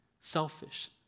selfish